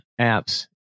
apps